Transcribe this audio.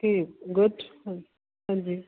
ਠੀਕ ਗੁੱਡ ਹਾਂਜ ਹਾਂਜੀ